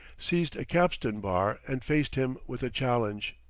seized a capstan-bar, and faced him with a challenge.